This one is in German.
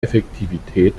effektivität